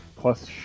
plus